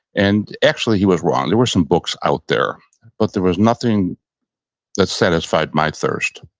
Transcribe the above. and actually, he was wrong. there were some books out there but there was nothing that satisfied my thirst.